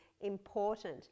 important